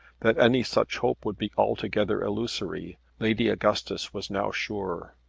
that any such hope would be altogether illusory lady augustus was now sure.